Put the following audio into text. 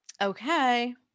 Okay